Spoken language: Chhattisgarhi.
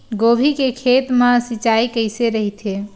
गोभी के खेत मा सिंचाई कइसे रहिथे?